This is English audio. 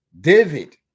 David